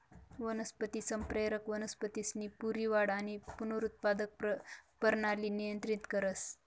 वनस्पती संप्रेरक वनस्पतीसनी पूरी वाढ आणि पुनरुत्पादक परणाली नियंत्रित करस